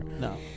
No